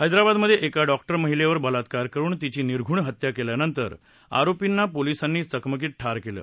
हैदराबादमध्ये एका डॉक्टर महिलेवर बलात्कार करून तिची निर्घृण हत्या केल्यानंतर आरोपींना पोलिसांनी चकमकीत ठार मारले